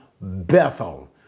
Bethel